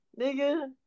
Nigga